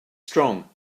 strong